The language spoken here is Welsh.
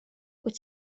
wyt